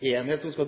enhet som skal